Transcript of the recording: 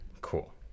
Cool